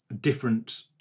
different